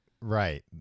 Right